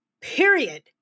period